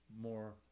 more